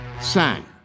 sang